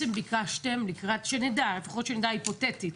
שנדע, לפחות היפותטית,